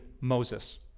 Moses